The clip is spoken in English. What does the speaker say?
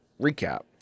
recap